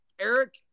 Eric